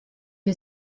que